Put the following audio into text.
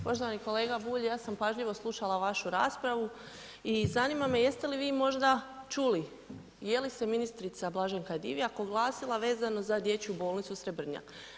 Poštovani kolega Bulj ja sam pažljivo slušala vašu raspravu i zanima me jeste li vi možda čuli jeli se ministrica Blaženka Divjak oglasila vezano za Dječju bolnicu Srebrnjak?